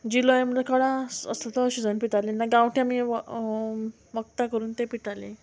जिलोय म्हणल्यार कडा आसता तो शिजोवन पिताली ना गांवटे आमी वखदां करून ते पितालीं